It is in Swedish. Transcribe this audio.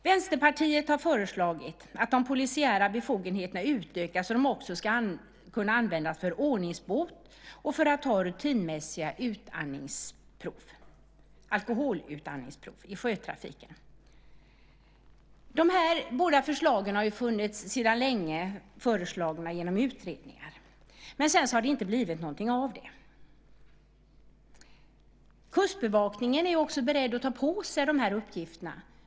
Vänsterpartiet har föreslagit att de polisiära befogenheterna utökas så att de också ska kunna användas för ordningsbot och för att ta rutinmässiga alkoholutandningsprov i sjötrafiken. De här båda förslagen har ju funnits länge. Förslagen har kommit genom utredningar, men sedan har det inte blivit något av dem. Kustbevakningen är också beredd att ta på sig de här uppgifterna.